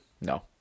No